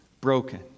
broken